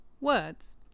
words